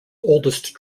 oldest